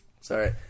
Sorry